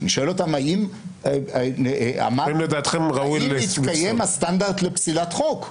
אני שואל אותם: האם התקיים הסטנדרט לפסילת חוק?